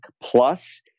plus